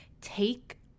take